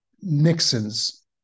Nixon's